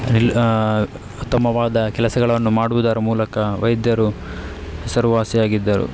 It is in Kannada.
ನಿಲ್ ಉತ್ತಮವಾದ ಕೆಲಸಗಳನ್ನು ಮಾಡುವುದರ ಮೂಲಕ ವೈದ್ಯರು ಹೆಸರುವಾಸಿಯಾಗಿದ್ದರು